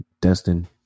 Destin